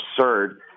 absurd